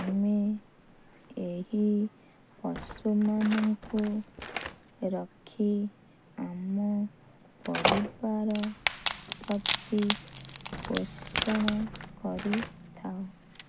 ଆମେ ଏହି ପଶୁମାନଙ୍କୁ ରଖି ଆମ ପରିବାର ପ୍ରତି ପୋଷଣ କରିଥାଉ